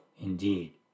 indeed